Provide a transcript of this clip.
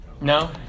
No